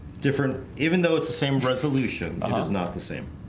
different even though it's the same resolution. i was not the same.